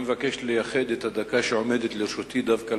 אני מבקש לייחד את הדקה שעומדת לרשותי דווקא